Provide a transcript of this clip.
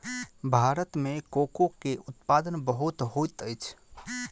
भारत में कोको के उत्पादन बहुत होइत अछि